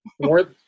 More